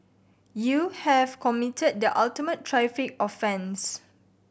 you have committed the ultimate traffic offence